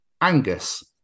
Angus